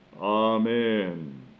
Amen